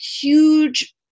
huge